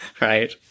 right